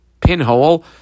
pinhole